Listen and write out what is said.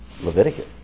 Leviticus